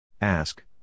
Ask